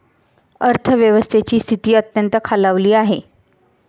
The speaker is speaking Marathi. अर्थव्यवस्थेची स्थिती अत्यंत खालावली आहे